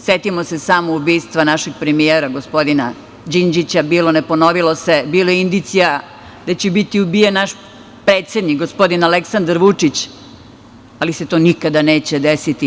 Setimo se samo ubistva našeg premijera, gospodina Đinđića, bilo ne ponovilo se, bilo je indicija da će biti ubijen naš predsednik, gospodin Aleksandar Vučić, ali se to nikada neće desiti.